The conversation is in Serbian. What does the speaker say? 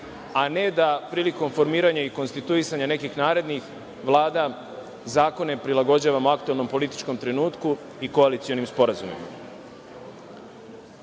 a ne da prilikom formiranja i konstituisanja nekih narednih vlada, zakone prilagođavamo aktuelnom političkom trenutku i koalicionim sporazumima. Bilo